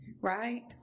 right